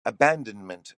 abandonment